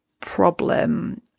problem